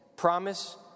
Promise